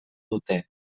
dute